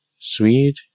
Sweet